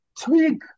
tweak